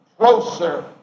Closer